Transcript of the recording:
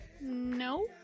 no